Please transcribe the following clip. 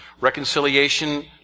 Reconciliation